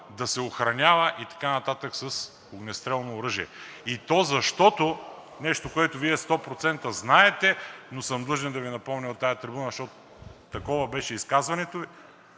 да се охранява с огнестрелно оръжие, и то защото – нещо, което 100% знаете, но съм длъжен да Ви напомня от тази трибуна, защото такова беше изказването Ви.